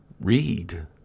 Read